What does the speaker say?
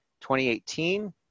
2018